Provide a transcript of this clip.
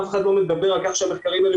אף אחד לא מדבר על כך שהמחקרים האלה